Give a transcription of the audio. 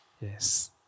Yes